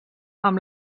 amb